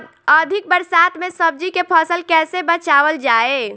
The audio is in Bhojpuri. अधिक बरसात में सब्जी के फसल कैसे बचावल जाय?